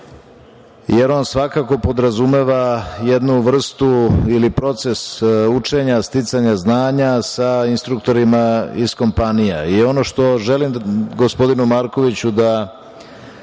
jer on svakako podrazumeva jednu vrstu ili proces učenja i sticanja znanja sa instruktorima iz kompanije i ono što želim da kažem gospodinu Markoviću i